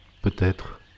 Peut-être